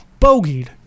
bogeyed